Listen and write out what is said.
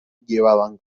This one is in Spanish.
llevaban